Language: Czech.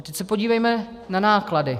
A teď se podívejme na náklady.